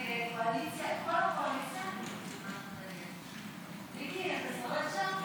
ההסתייגות לחלופין של חברי הכנסת שלמה קרעי ויואב קיש אחרי סעיף